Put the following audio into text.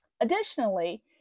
Additionally